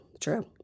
true